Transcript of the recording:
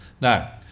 Now